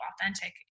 authentic